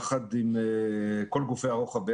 יחד עם כל גופי הרוחב,